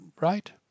right